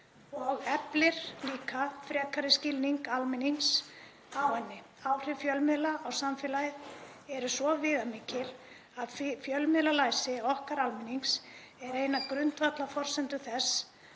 og eflir líka frekari skilning almennings á henni. Áhrif fjölmiðla á samfélagið eru svo viðamikil að fjölmiðlalæsi okkar almennings er ein af grundvallarforsendum þess